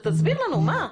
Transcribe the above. תסביר לנו מה.